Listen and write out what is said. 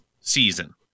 season